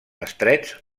estrets